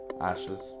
Ashes